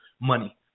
money